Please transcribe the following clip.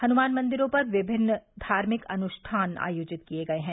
हनुमान मंदिरों पर विविध धार्मिक अनुष्ठान आयोजित किये गये हैं